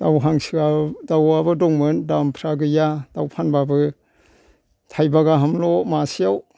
दाव हांसोआ दावाबो दंमोन दामफ्रा गैया दाव फानबाबो थाइबा गाहामल' मासेआव